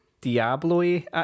Diablo-y